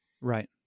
Right